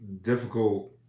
difficult